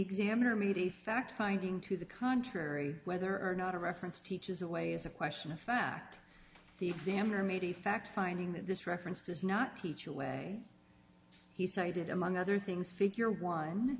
gander meaty fact finding to the contrary whether or not a reference teaches a way is a question of fact the examiner made a fact finding that this reference does not teach a way he cited among other things figure one